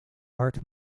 hart